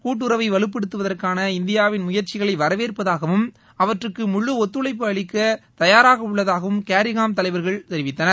கூட்டுறவை வலுப்படுத்துவதற்கான இந்தியாவின் முயற்சிகளை வரவேற்பதாகவும் அவற்றுக்க முழு ஒத்துழைப்பு அளிக்க தயாராக உள்ளதாகவும் கேரிக்கோம் தலைவர்கள் தெரிவித்தனர்